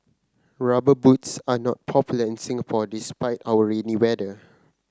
rubber boots are not popular in Singapore despite our rainy weather